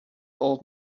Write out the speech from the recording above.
old